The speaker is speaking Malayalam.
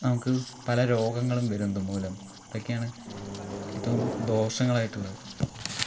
നമുക്ക് പല രോഗങ്ങളും വരും ഇത് മൂലം ഇതൊക്കെയാണ് ഇതും ദോഷങ്ങളായിട്ടുള്ളത്